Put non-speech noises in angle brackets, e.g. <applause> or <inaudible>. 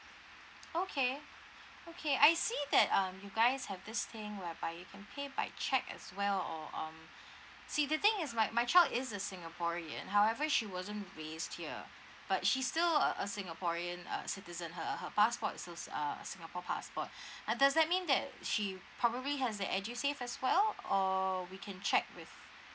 okay okay I see that um you guys have this thing whereby you can pay by cheque as well or um see the thing is my my child is a singaporean however she wasn't based here but she still a a singaporean uh citizen her her passport is uh singapore passport <breath> uh does that mean that she probably has the edusave as well or we can check with